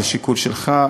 זה שיקול שלך,